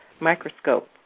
microscope